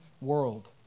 world